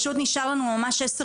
רק לשם